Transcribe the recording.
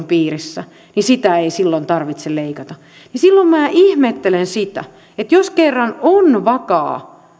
piirissä ja sitä ei silloin tarvitse leikata silloin minä ihmettelen sitä että jos kerran on vakaa